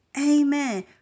Amen